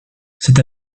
cette